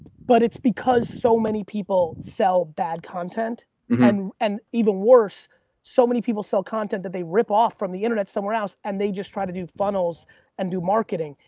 but it's because so many people sell bad content and and even worse so many people sell content that they rip off from the internet somewhere else and they just try to do funnels and do marketing.